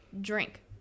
drink